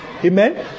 Amen